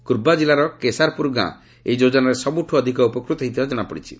କୁର୍ବା ଜିଲ୍ଲାର କେସାରପୁର ଗାଁ ଏହି ଯୋଜନାରେ ସବୁଠୁ ଅଧିକ ଉପକୃତ ହୋଇଥିବା ଜଣାପଡ଼ିଛି